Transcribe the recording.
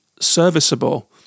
serviceable